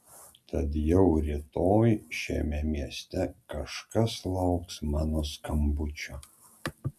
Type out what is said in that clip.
tad jau rytoj šiame mieste kažkas lauks mano skambučio